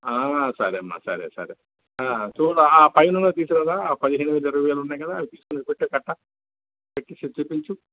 ఆ సరే అమ్మా సరే సరే ఆ చూడు ఆ పైన ఉన్నది తీసుకురారా ఆ పదిహేనువేలు ఇరవైవేలు ఉన్నాయి కదా అవి తీసుకొని ఇవి పెట్టేయి కట్ట పెట్టేసి ఇది చూపించు